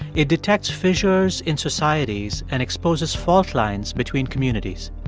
it detects fissures in societies and exposes fault lines between communities.